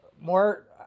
more